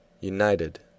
United